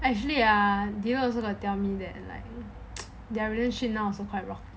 actually ah dylan also got tell me that like their relationship now also like !wah!